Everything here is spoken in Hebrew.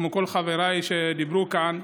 כמו כל חבריי שדיברו כאן,